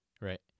Right